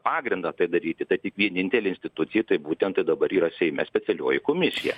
pagrindą tai daryti tai tik vienintelė institucija tai būtent tai dabar yra seime specialioji komisija